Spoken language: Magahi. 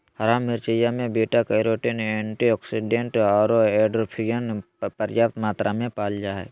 हरा मिरचाय में बीटा कैरोटीन, एंटीऑक्सीडेंट आरो एंडोर्फिन पर्याप्त मात्रा में पाल जा हइ